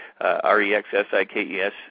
R-E-X-S-I-K-E-S